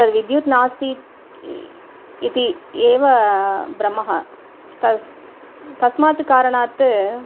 तद्विद्युत् नास्ति इति एव भ्रमः तस्मात् कारणात्